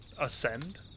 ascend